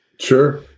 Sure